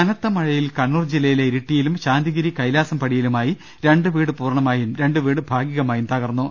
കനത്ത മഴയിൽ കണ്ണൂർ ജില്ലയിലെ ഇരിട്ടിയിലും ശാന്തിഗിരി കൈലാസം പടിയിലുമായി രണ്ട് വീട് പൂർണ്ണമായും രണ്ട് വീട് ഭാഗികമായും തകർന്നു